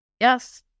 Yes